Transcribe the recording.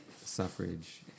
Suffrage